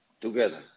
together